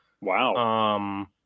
Wow